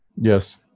Yes